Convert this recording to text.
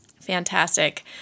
fantastic